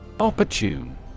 Opportune